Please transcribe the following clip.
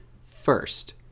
First